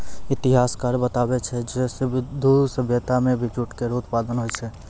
इतिहासकार बताबै छै जे सिंधु सभ्यता म भी जूट केरो उत्पादन होय छलै